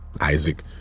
Isaac